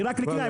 היא רק לקנייה.